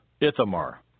Ithamar